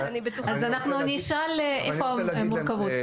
אז אנחנו נשאל איפה המורכבות.